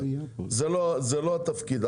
זה לא התפקיד.